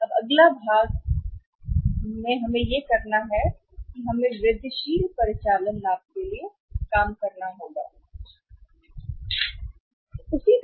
अब अगला भाग लेकिन हमें करना यह है कि हमें वृद्धिशील परिचालन लाभ के लिए काम करना होगा वृद्धिशील परिचालन लाभ के लिए काम करना होगा